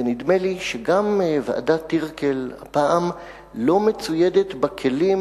נדמה לי שגם ועדת-טירקל לא מצוידת בכלים